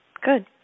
Good